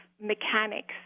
mechanics